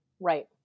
Right